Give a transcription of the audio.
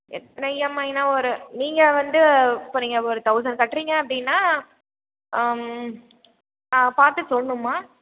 எத்தனை இஎம்ஐனால் ஒரு நீங்கள் வந்து இப்போ நீங்கள் ஒரு தௌசண்ட் கட்டுறீங்க அப்படின்னா பார்த்து சொல்லணும்மா